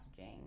messaging